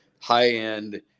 high-end